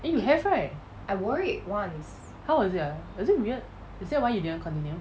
eh you have right how was it weird ah was it weird is that why you didn't continue